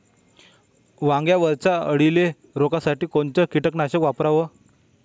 वांग्यावरच्या अळीले रोकासाठी कोनतं कीटकनाशक वापराव?